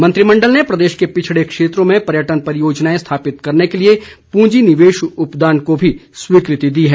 मंत्रिमण्डल ने प्रदेश के पिछड़े क्षेत्रों में पर्यटन परियोजनाएं स्थापित करने के लिए पूंजी निवेश उपदान को भी स्वीकृति दी है